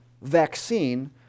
vaccine